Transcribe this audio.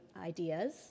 ideas